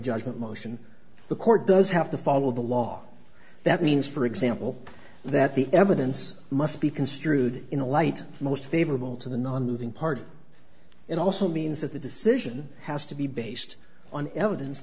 judgment motion the court does have to follow the law that means for example that the evidence must be construed in the light most favorable to the nonmoving part and also means that the decision has to be based on evidence